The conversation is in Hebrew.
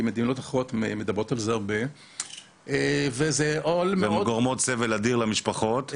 מדינות אחרות מדברות על זה הרבה --- ונגרם נזק אדיר למשפחות.